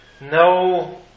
no